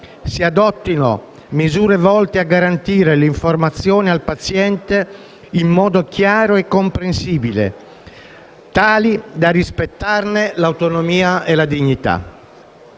si adottino misure volte a garantire l'informazione al paziente in modo chiaro e comprensibile, tali da rispettarne l'autonomia e la dignità».